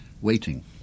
waiting